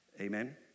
Amen